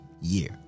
year